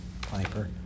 Piper